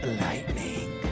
lightning